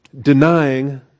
denying